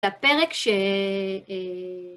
הפרק ש...